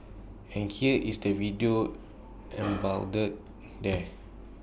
and here is the video embodied there